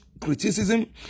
criticism